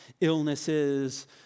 illnesses